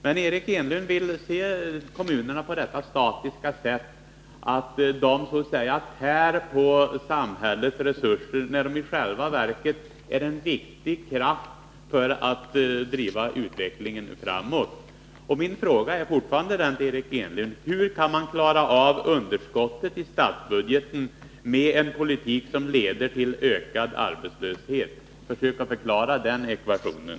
Men Eric Enlund vill se kommunerna på ett statiskt sätt och anser att de så att säga tär på samhällets resurser, fastän de i själva verket är en viktig kraft när det gäller att driva utvecklingen framåt. Min fråga till Eric Enlund är fortfarande: Hur kan man klara av underskottet i statsbudgeten med en politik, som leder till ökad arbetslöshet? Försök förklara den ekvationen.